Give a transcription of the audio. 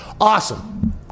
Awesome